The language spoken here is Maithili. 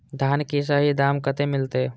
धान की सही दाम कते मिलते?